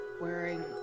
wearing